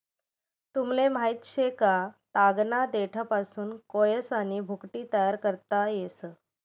तुमले माहित शे का, तागना देठपासून कोयसानी भुकटी तयार करता येस